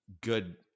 good